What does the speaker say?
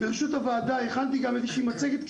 ברשות הוועדה הכנתי מצגת קצרה,